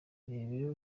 irebere